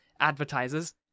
advertisers